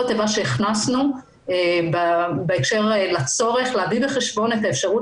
את זה הכנסנו בהקשר לצורך להביא בחשבון את האפשרות